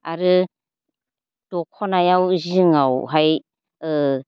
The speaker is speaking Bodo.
आरो दखनायाव जिङावहाय ओ